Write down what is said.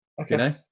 Okay